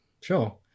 sure